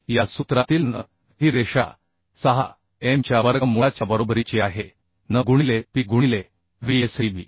या सूत्रातील n ही रेषा 6M च्या वर्गमूळाच्या बरोबरीची आहे n गुणिले p गुणिले Vsdb